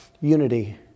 unity